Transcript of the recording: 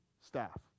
staff